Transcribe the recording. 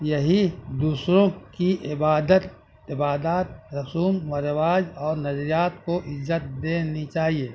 یہی دوسروں کی عبادت عبادات رسوم و رواج اور نظریات کو عزت دینی چاہیے